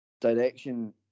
direction